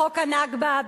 בחוק הנכבה,